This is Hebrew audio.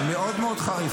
-- מאוד מאוד חריף,